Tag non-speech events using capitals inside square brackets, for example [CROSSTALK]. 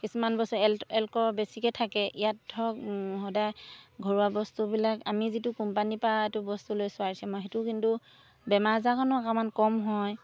কিছুমান বস্তু এলক্ৰ বেছিকৈ থাকে ইয়াত ধৰক সদায় ঘৰুৱা বস্তুবিলাক আমি যিটো কোম্পানীৰপৰা এইটো বস্তু লৈছোঁ আৰ চি এমৰ সেইটো কিন্তু বেমাৰ আজাৰ [UNINTELLIGIBLE] অকণমান কম হয়